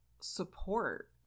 support